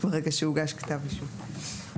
ברגע שהוגש כתב אישום.